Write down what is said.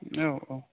औ औ